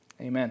Amen